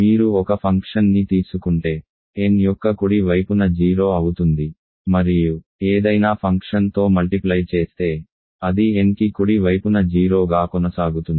మీరు ఒక ఫంక్షన్ని తీసుకుంటే n యొక్క కుడి వైపున 0 అవుతుంది మరియు ఏదైనా ఫంక్షన్తో మల్టిప్లై చేస్తే అది nకి కుడి వైపున 0గా కొనసాగుతుంది